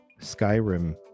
Skyrim